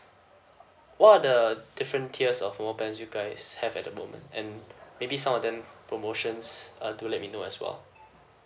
what are the the different tiers of mobile plans you guys have at the moment and maybe some of them promotions uh do let me know as well